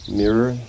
mirror